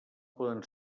poden